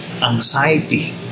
anxiety